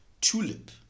TULIP